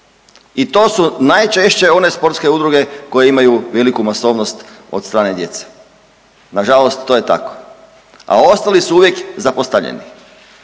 I to su najčešće one sportske udruge koje imaju veliku masovnost od strane djece. Nažalost to je tako, a ostali su uvijek zapostavljeni.